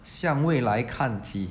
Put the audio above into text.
向未来看齐